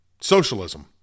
Socialism